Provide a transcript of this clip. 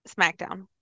Smackdown